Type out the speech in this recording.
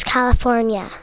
California